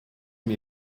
mir